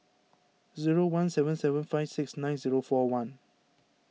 zero one seven seven five six nine zero four one